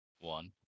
one